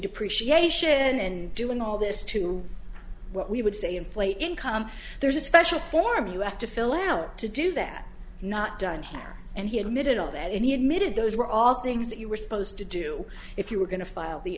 depreciation and doing all this to what we would say inflate income there's a special form you have to fill out to do that not done here and he admitted all that and he admitted those were all things that you were supposed to do if you were going to file the